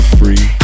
free